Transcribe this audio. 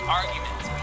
arguments